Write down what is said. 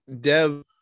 Dev